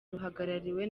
ruhagarariwe